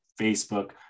Facebook